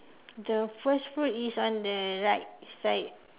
the first fruit is on the right side